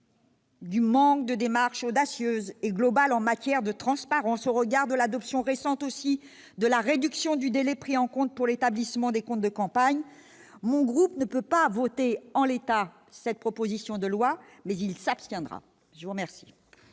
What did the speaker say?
de l'absence de démarche audacieuse et globale en matière de transparence, au regard de l'adoption récente de la réduction du délai pris en compte pour l'établissement des comptes de campagne, le groupe CRC ne peut voter en l'état cette proposition de loi ; il s'abstiendra. La parole